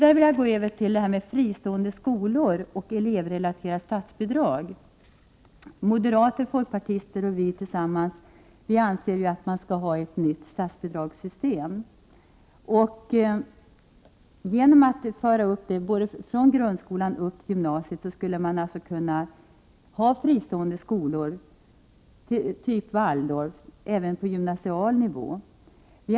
Jag övergår nu till fristående skolor och elevrelaterade statsbidrag. Moderaterna, folkpartisterna och vi tillsammans anser ju att vi skall ha ett nytt statsbidragssystem. Genom att föra upp det från grundskolan till gymnasiet skulle man kunna ha fristående skolor, typ Waldorf, även på gymnasial nivå.